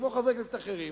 וכמו חברי כנסת אחרים,